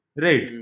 right